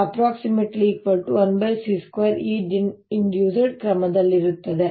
Binduced l1c2Einduced ಕ್ರಮವಾಗಿರುತ್ತದೆ